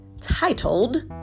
titled